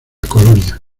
colonia